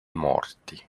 morti